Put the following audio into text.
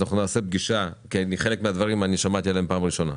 נעשה פגישה, כי חלק מהדברים שמעתי פה פעם ראשונה.